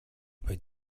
über